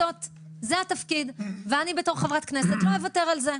זה התפקיד ואני בתור חברת כנסת לא אוותר על זה.